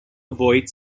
avoid